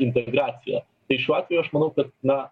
integraciją tai šiuo atveju aš manau kad na